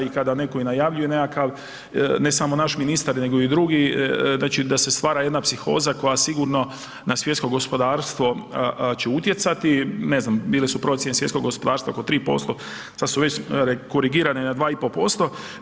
I kada netko najavljuje nekakav, ne samo naš ministar nego i drugi da se stvara jedna psihoza koja sigurno na svjetsko gospodarstvo će utjecati, ne znam, bile su procjene svjetskog gospodarstva oko 3%, sada su već korigirane na 2,5%